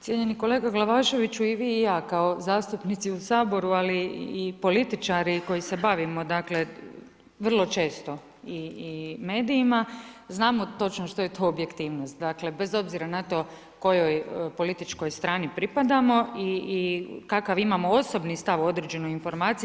Cijenjeni kolega Glavaševiću i vi i ja, kao zastupnici u Saboru ali i političari koji se bavimo, dakle, vrlo često i medijima, znamo točno što je to objektivnost, dakle, bez obzira na to kojoj političkoj strani pripadamo i kakav imamo osobni stav o određenoj informaciji.